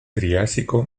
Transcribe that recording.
triásico